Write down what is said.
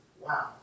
Wow